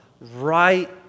right